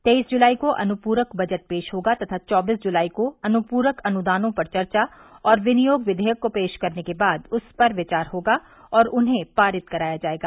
तेईस जुलाई को अनुपुरक बजट पेश होगा तथा चौबीस जुलाई को अनुपूरक अनुदानों पर चर्चा और विनियोग विधेयक को पेश करने के बाद उस पर विचार होगा और उन्हें पारित कराया जायेगा